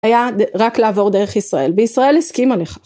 היה רק לעבור דרך ישראל, וישראל הסכימה לכך.